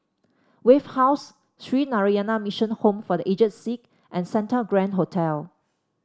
Wave House Sree Narayana Mission Home for The Aged Sick and Santa Grand Hotel